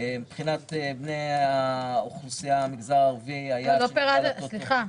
מבחינת נציגים מן המגזר הערבי --- סליחה,